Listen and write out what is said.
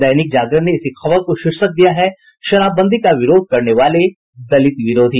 दैनिक जागरण ने इसी खबर को शीर्षक दिया है शराबबंदी का विरोध करने वाले दलित विरोधी